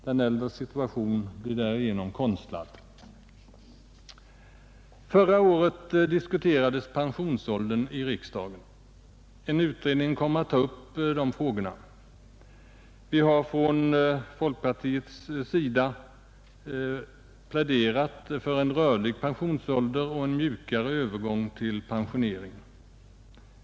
Den äldres situation blir på detta sätt konstlad. Förra året diskuterades här i riksdagen frågan om pensionsåldern. En utredning kommer att taga upp de frågor som sammanhänger därmed. Vi har från folkpartiets sida pläderat för en rörlig pensionsålder och en mjukare övergång till pensionering.